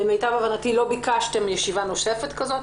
למיטב הבנתי, לא ביקשתם ישיבה נוספת כזאת.